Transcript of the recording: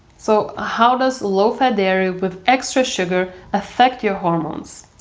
so ah how does low fat dairy with extra sugar affect your hormones?